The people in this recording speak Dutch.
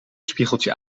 spiegeltje